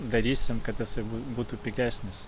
darysim kad jisai būtų pigesnis